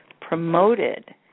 promoted